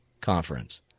conference